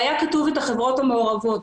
והיו כתובות החברות המעורבות.